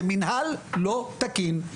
זה מינהל לא תקין.